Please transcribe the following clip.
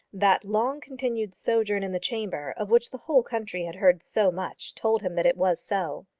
that long-continued sojourn in the chamber, of which the whole country had heard so much, told him that it was so.